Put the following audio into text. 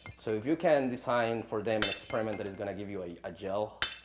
so if you can design for them an experiment that is going to give you ah you a gel,